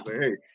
Hey